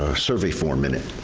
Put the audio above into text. ah survey form in it